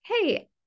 hey